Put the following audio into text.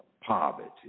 poverty